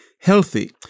healthy